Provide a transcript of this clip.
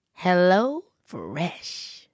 HelloFresh